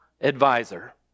advisor